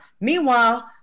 meanwhile